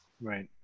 Right